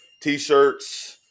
t-shirts